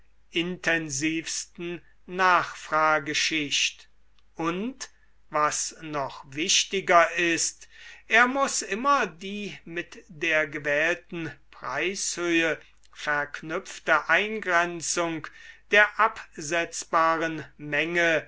und was noch wichtiger ist er muß immer die mit der gewählten preishöhe verknüpfte eingrenzung der absetzbaren menge